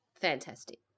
Fantastic